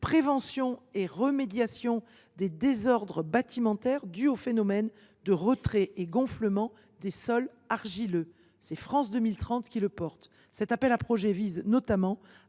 Prévention et remédiation des désordres bâtimentaires dus au phénomène de retrait et gonflement des sols argileux » de France 2030. Cet appel à projets vise notamment